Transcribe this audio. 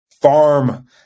farm